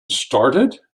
started